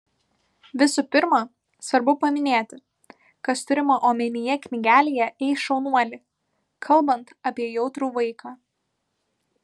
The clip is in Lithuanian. visų pirma svarbu paminėti kas turima omenyje knygelėje ei šaunuoli kalbant apie jautrų vaiką